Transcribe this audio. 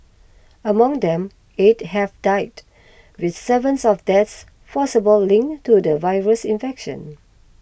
among them eight have died with seventh of the deaths possibly linked to the virus infection